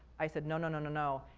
i said, no, no, no, no, no.